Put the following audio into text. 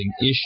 issue